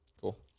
cool